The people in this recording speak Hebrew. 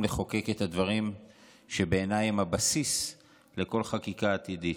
לחוקק את הדברים שבעיניי הם הבסיס לכל חקיקה עתידית.